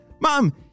mom